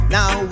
now